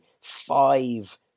five